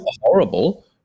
horrible